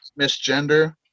misgender